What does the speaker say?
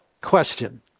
question